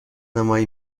نمایی